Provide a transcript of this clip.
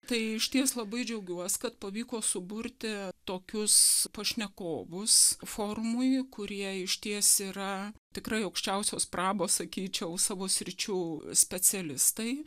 tai išties labai džiaugiuos kad pavyko suburti tokius pašnekovus forumui kurie išties yra tikrai aukščiausios prabos sakyčiau savo sričių specialistai